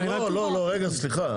לא לא רגע סליחה,